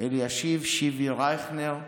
אלישיב שיבי רייכנר.